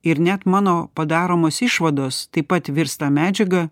ir net mano padaromos išvados taip pat virsta medžiaga